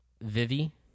Vivi